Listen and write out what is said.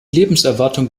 lebenserwartung